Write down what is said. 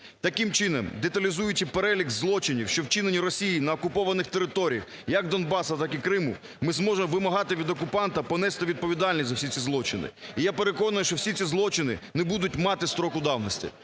Таким чином деталізуючи перелік злочинів, що вчинені Росією на окупованих територіях як Донбасу, так і Криму, ми зможемо вимагати від окупанта понести відповідальність за всі ці злочини. І я переконаний, що всі ці злочини не будуть мати строку давності.